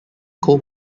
cold